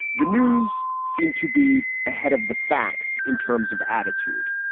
the news seemed to be ahead of the facts in terms of attitude.